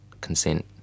consent